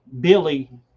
billy